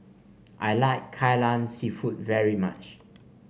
I like Kai Lan seafood very much